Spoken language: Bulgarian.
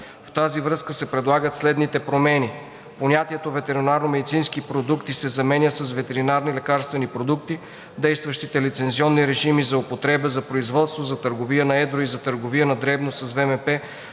В тази връзка се предлагат следните промени: Понятието „ветеринарномедицински продукти“ се заменя с „ветеринарни лекарствени продукти“. Действащите лицензионни режими за употреба, за производство, за търговия на едро и за търговия на дребно с ВМП